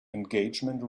engagement